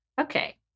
Okay